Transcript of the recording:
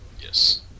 Yes